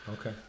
Okay